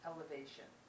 Elevation